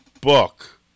book